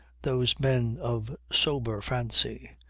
those men of sober fancy,